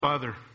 Father